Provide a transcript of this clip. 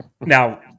Now